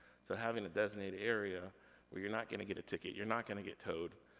so having a designated area where you're not gonna get a ticket, you're not gonna get towed,